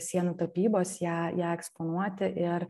sienų tapybos ją ją eksponuoti ir